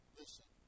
listen